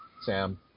sam